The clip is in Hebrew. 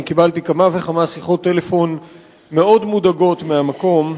אני קיבלתי כמה וכמה שיחות טלפון מאוד מודאגות מהמקום,